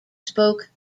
spoke